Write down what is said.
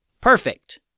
Perfect